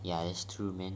ya that's true man